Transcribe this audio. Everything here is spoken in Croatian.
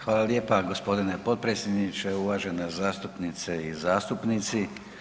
Hvala lijepa g. potpredsjedniče, uvažena zastupnice i zastupnici.